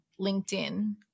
LinkedIn